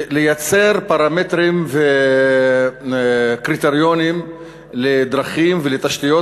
ולייצר פרמטרים וקריטריונים לדרכים ולתשתיות